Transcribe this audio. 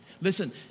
Listen